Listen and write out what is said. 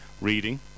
reading